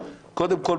קודם כול,